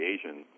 Asian